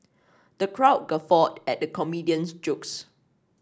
the crowd guffawed at the comedian's jokes